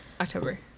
October